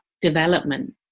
development